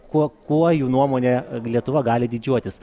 kuo kuo jų nuomone lietuva gali didžiuotis